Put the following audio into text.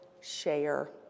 share